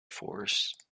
forests